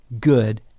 good